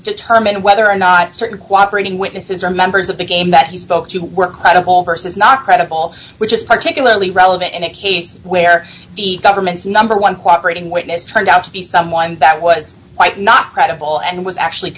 whether or not certain cooperation witnesses or members of the game that he spoke to were credible versus not credible which is particularly relevant in a case where the government's number one cooperate in witness turned out to be someone that was quite not credible and was actually